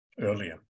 earlier